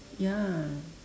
ya